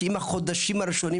שאם בחודשים הראשונים,